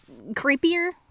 creepier